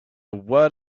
word